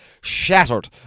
shattered